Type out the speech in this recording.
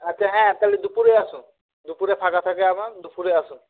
আচ্ছা হ্যাঁ তাহলে দুপুরেই আসুন দুপুরে ফাঁকা থাকে আমার দুপুরে আসুন